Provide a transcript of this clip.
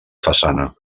façana